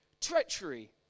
treachery